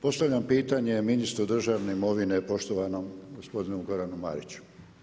Postavljam pitanje, ministru državne imovine poštovanom gospodinu Goranu Mariću.